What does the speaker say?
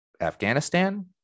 Afghanistan